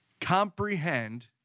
comprehend